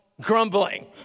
grumbling